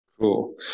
Cool